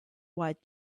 wide